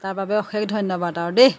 তাৰ বাবে অশেষ ধন্যবাদ আৰু দেই